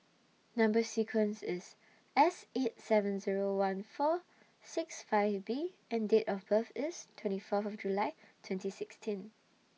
Number sequence IS S eight seven Zero one four six five B and Date of birth IS twenty Fourth of July twenty sixteen